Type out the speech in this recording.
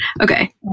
Okay